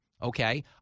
Okay